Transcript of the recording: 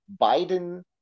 Biden